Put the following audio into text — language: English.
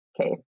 Okay